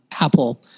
Apple